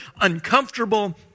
uncomfortable